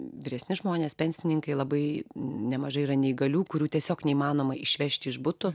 vyresni žmonės pensininkai labai nemažai yra neįgalių kurių tiesiog neįmanoma išvežti iš butų